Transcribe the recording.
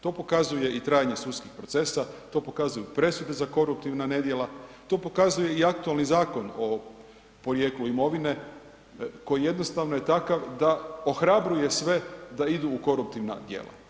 To pokazuje i trajanje sudskih procesa, to prikazuju presude za koruptivna nedjela, to pokazuje i aktualni Zakon o porijeklu imovine koji jednostavno je takav da ohrabruje sve da idu u koruptivna djela.